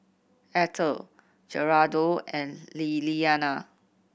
Ether Gerardo and Liliana